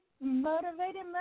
Motivated